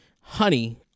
honey